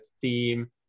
theme